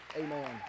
amen